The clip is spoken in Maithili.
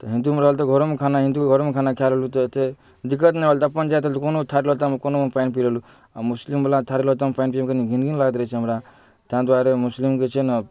तऽ हिन्दूमे रहल तऽ घरोमे खाना हिन्दूके घरोमे खाना खाय लेलहुॅं तऽ ओते दिक्कत नहि होल तऽ अपन जाति रहल तऽ कोनो थारी लोटा कोनोमे पानि पी लेलहुॅं आ मुस्लिम बला थारी लोटामे पानि पिएमे कनी घिन्न घिन्न लागैत रहै छै हमरा ताहि दुआरे मुस्लिमके छै ने